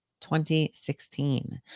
2016